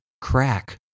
crack